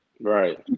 Right